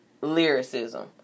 lyricism